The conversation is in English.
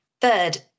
Third